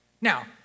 Now